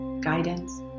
guidance